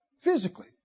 physically